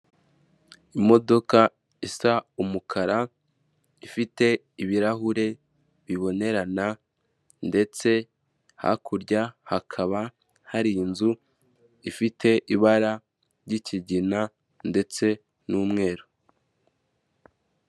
Imodoka isa umukara ifite ibirahure bibonerana, ndetse hakurya hakaba hari inzu ifite ibara ry'ikigina ndetse n'umweru.